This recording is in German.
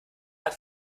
hat